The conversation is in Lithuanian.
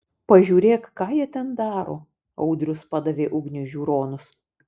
pažiūrėk ką jie ten daro audrius padavė ugniui žiūronus